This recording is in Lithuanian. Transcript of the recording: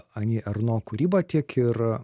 ani erno kūrybą tiek ir